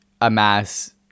amass